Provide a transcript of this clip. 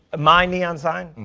my neon sign? and